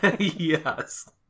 yes